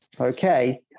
okay